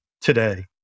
today